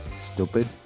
Stupid